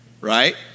Right